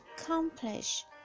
accomplish